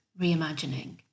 reimagining